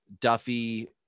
Duffy